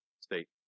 state